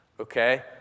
Okay